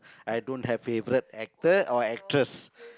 I don't have favorite actors or actress